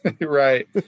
right